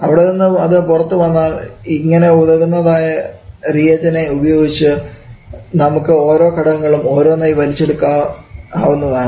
അവിടെനിന്നും അത് പുറത്തു വന്നാൽ ഇങ്ങനെ ഉതകുന്നതായ റിയജനെ ഉപയോഗിച്ച് നമുക്ക് ഓരോ ഘടകങ്ങളും ഒന്നൊന്നായി വലിച്ചെടുക്കാൻ ആവുന്നതാണ്